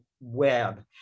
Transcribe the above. web